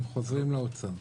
הם חוזרים לאוצר.